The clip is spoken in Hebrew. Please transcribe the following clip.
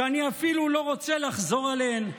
אני אפילו לא רוצה לחזור עליהן,